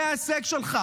זה ההישג שלך,